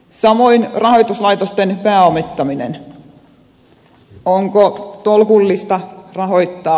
samoin rahoituslaitosten pääomittaminen onko tolkullista rahoittaa